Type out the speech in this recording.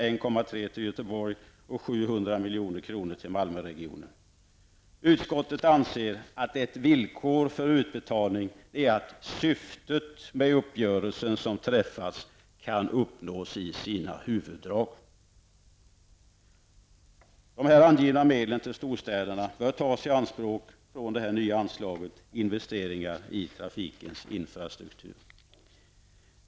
Utskottet anser att ett villkor för utbetalning är att syftet med uppgörelsen som träffats kan uppnås i sina huvuddrag. Nu angivna medel till storstäderna bör tas i anspråk från det nya anslaget ''Investeringar i trafikens infrastruktur''.